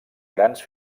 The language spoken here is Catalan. grans